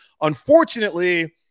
Unfortunately